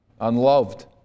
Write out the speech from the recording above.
unloved